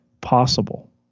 possible